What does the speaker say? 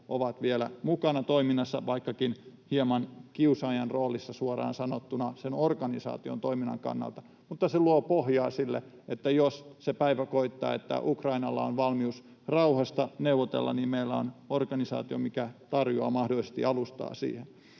ovat vielä mukana toiminnassa, vaikkakin hieman kiusaajan roolissa suoraan sanottuna sen organisaation toiminnan kannalta. Mutta se luo pohjaa sille, että jos se päivä koittaa, että Ukrainalla on valmius rauhasta neuvotella, niin meillä on organisaatio, mikä tarjoaa mahdollisesti alustaa siihen.